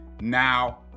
Now